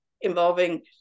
involving